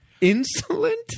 Insolent